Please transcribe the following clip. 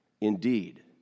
Indeed